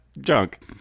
junk